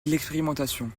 l’expérimentation